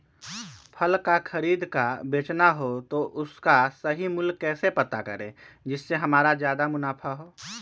फल का खरीद का बेचना हो तो उसका सही मूल्य कैसे पता करें जिससे हमारा ज्याद मुनाफा हो?